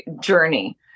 journey